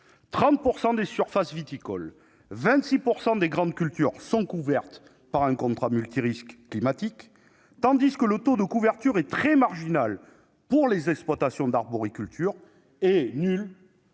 30 % des surfaces viticoles et 26 % des grandes cultures sont couvertes par un contrat multirisque climatique, tandis que le taux de couverture est très marginal pour les exploitations d'arboriculture et nul